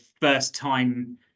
first-time